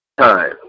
time